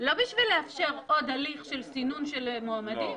לא בשביל לאפשר עוד הליך של סינון של מועמדים.